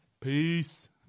Peace